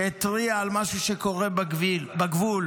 שהתריעה על משהו שקורה בגבול,